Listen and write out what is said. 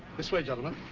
this way gentlemen.